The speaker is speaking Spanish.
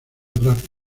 rap